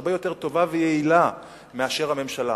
בצורה הרבה יותר טובה ויעילה מאשר הממשלה,